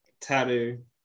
tattoo